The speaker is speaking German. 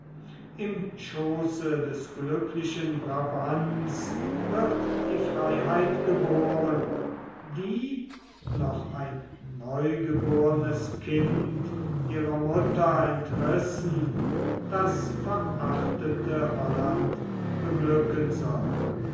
im schooße des glücklichen brabants wird die freiheit geboren die noch ein neugebornes kind ihrer mutter entrissen das verachtete holland beglücken soll